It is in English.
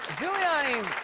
giuliani